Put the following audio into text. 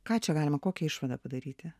ką čia galima kokią išvadą padaryti